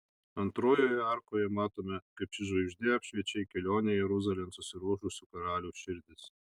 antrojoje arkoje matome kaip ši žvaigždė apšviečia į kelionę jeruzalėn susiruošusių karalių širdis